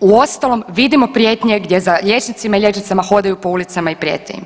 uostalom vidimo prijetnje gdje za liječnicima i liječnicama hodaju po ulicama i prijete im.